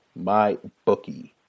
MyBookie